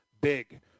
big